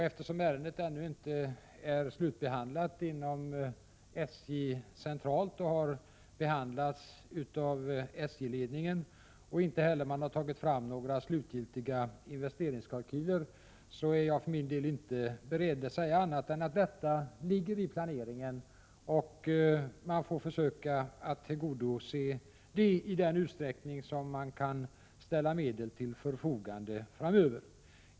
Eftersom ärendet ännu inte är slutbehandlat inom SJ centralt och inte behandlats av SJ-ledningen och man inte heller tagit fram några slutgiltiga investeringskalkyler, är jag för min del inte beredd att säga annat än att detta ligger i planeringen och att man får försöka tillgodose önskemålen i den utsträckning som medel kan ställas till förfogande framöver.